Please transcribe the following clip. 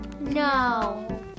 No